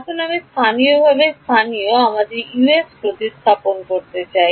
এখন আমি স্থানীয়ভাবে স্থানীয় আমাদের প্রতিস্থাপন করতে চাই